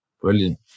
Brilliant